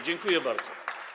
Dziękuję bardzo.